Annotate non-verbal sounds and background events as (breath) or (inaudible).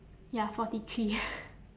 ya forty three (breath)